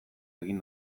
egin